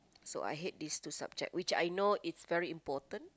so I hate these two subject which I know is very important